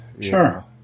sure